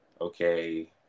okay